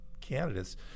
candidates